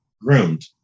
groomed